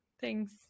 Thanks